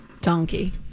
donkey